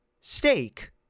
steak